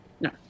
No